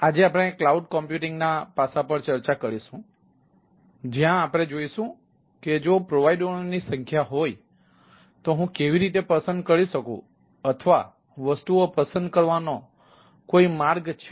આજે આપણે cloud computing છે